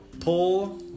Pull